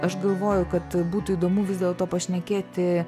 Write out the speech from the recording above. aš galvoju kad būtų įdomu vis dėlto pašnekėti